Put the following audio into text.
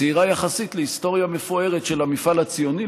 צעירה יחסית להיסטוריה מפוארת של המפעל הציוני,